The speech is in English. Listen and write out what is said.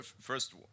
first